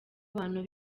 abantu